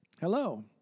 Hello